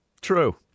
true